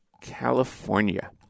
California